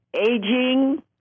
aging